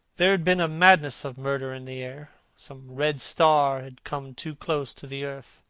there had been a madness of murder in the air. some red star had come too close to the earth.